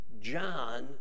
John